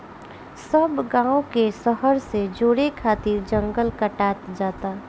सब गांव के शहर से जोड़े खातिर जंगल कटात जाता